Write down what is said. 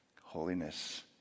Holiness